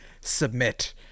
submit